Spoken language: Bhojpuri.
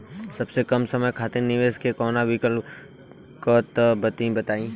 सबसे कम समय खातिर निवेश के कौनो विकल्प बा त तनि बताई?